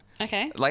Okay